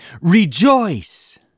Rejoice